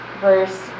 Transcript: verse